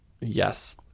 Yes